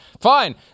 fine